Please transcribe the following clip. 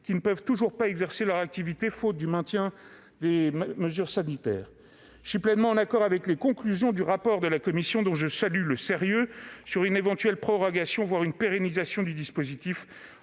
qui ne peuvent toujours pas exercer leur activité à cause du maintien des mesures sanitaires. Je suis pleinement en accord avec les conclusions du rapport de la commission des lois, dont je salue le sérieux, sur une éventuelle prorogation, voire une pérennisation du dispositif.